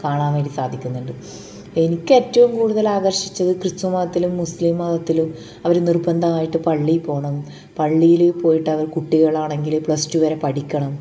കാണാൻ വേണ്ടി സാധിക്കുന്നുണ്ട് എനിക്കേറ്റവും കൂടുതൽ ആകർഷിച്ചത് ക്രിസ്തു മതത്തിലും മുസ്ലിം മതത്തിലും അവർ നിർബന്ധമായിട്ട് പള്ളിപ്പോണം പള്ളിയിൽ പോയിട്ട് കുട്ടികളാണെങ്കിൽ പ്ലസ്ടു വരെ പഠിക്കണം